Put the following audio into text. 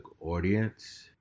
audience